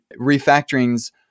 refactorings